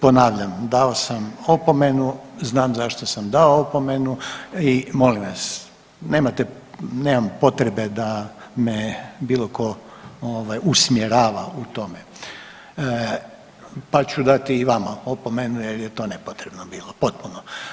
ponavljam dao sam opomenu, znam zašto sam dao opomenu i molim vas nemojte, nema potrebe da me bilo tko usmjerava u tome, pa ću dati i vama opomenu jer je to nepotrebno bilo, potpuno.